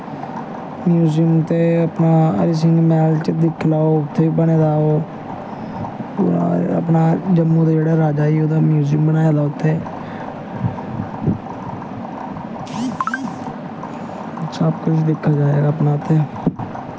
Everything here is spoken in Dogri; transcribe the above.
म्युजियम ते अपना हरी सिंह मैह्ल च दिक्खी लैओ उत्थै बी बने दा ओह् अपनै जम्मू दा जेह्ड़ा राजा हे ओह्दा म्युजियम बनाए दा उत्थै सब किश दिक्खेआ जाए अपना उत्थै